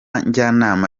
njyanama